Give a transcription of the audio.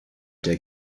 der